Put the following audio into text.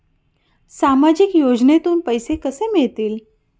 सामाजिक योजनेतून पैसे कसे मिळतील?